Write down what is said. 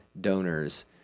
donors